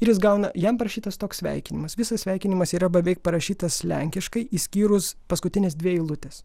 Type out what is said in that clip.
ir jis gauna jam parašytas toks sveikinimas visas sveikinimas yra beveik parašytas lenkiškai išskyrus paskutines dvi eilutes